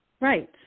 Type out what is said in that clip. Right